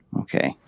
Okay